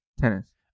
tennis